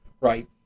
right